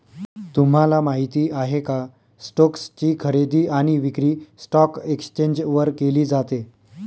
तुम्हाला माहिती आहे का? स्टोक्स ची खरेदी आणि विक्री स्टॉक एक्सचेंज वर केली जाते